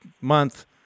month